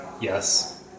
Yes